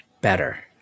better